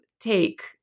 take